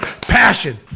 passion